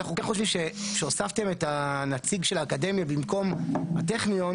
אנחנו כן חושבים שכשהוספתם את הנציג של האקדמיה במקום הטכניון,